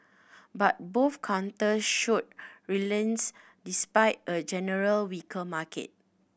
but both counter showed resilience despite a generally weaker market